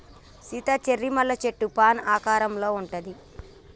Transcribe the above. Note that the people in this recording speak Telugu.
సీత చెర్రీ పళ్ళ సెట్టు ఫాన్ ఆకారంలో ఉంటది